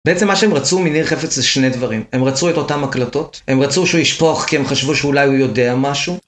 בעצם מה שהם רצו מניר חפץ זה שני דברים. הם רצו את אותן מקלטות, הם רצו שהוא ישפוך כי הם חשבו שאולי הוא יודע משהו.